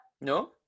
no